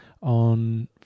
on